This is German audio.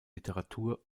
literatur